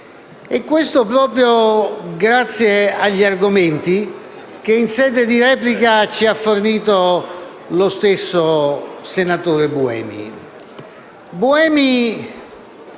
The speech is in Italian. proprio per gli argomenti che in sede di replica ci ha fornito lo stesso senatore Buemi.